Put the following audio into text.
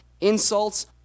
insults